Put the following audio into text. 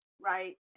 right